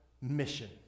mission